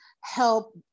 help